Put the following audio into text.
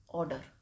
order